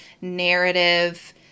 narrative